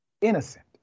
innocent